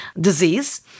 disease